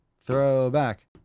Throwback